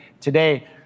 today